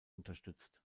unterstützt